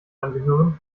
angehören